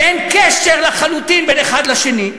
שאין קשר, לחלוטין, בין האחד לשני,